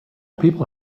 people